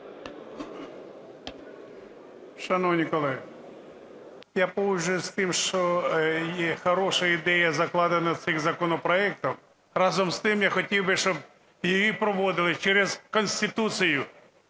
Шановні колеги, я погоджуюсь з тим, що хороша ідея закладена в цих законопроектах, разом з тим я хотів би, щоб її проводили через Конституцію,